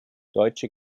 deutsche